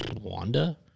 Wanda